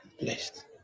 blessed